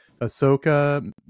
Ahsoka